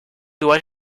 doit